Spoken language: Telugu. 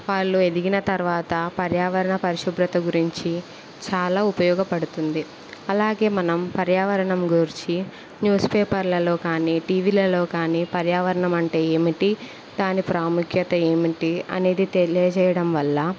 వాళ్ళు ఎదిగిన తర్వాత పర్యావరణ పరిశుభ్రత గురించి చాలా ఉపయోగపడుతుంది అలాగే మనం పర్యావరణం గుర్చి న్యూస్ పేపర్లలో కానీ టీవీలలో కానీ పర్యావరణం అంటే ఏమిటి దాని ప్రాముఖ్యత ఏమిటి అనేది తెలియజేయడం వల్ల